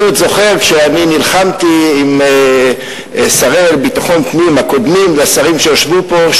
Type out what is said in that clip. אני עוד זוכר שאני נלחמתי עם שרי ביטחון פנים הקודמים לשרים שישבו פה,